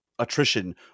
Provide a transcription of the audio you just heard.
attrition